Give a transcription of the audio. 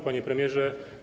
Panie Premierze!